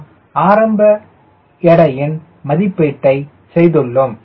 நாம் ஆரம்ப எடையின் மதிப்பீட்டை செய்துள்ளோம்